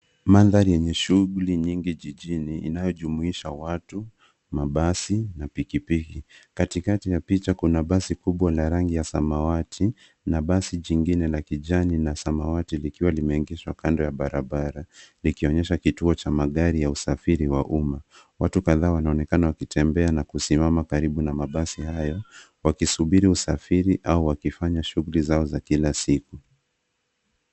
Mandhari yenye shughuli nyingi jijini inayojumuisha watu ,mabasi na pikipiki ,katikati ya picha kuna basi kubwa na rangi ya samawati na basi jingine la kijani na samawati likiwa limegeshwa kando ya barabara likionyesha kituo cha magari ya usafiri wa umma ,watu kadhaa wanaonekana wakitembea na kusimama karibu na mabasi hayo wakisubiri usafiri au wakifanya shughuli zao za kila siku.